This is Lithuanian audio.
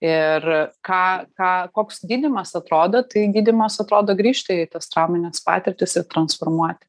ir ką ką koks gydymas atrodo tai gydymas atrodo grįžti į tas traumines patirtis ir transformuoti